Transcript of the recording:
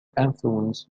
influence